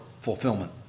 fulfillment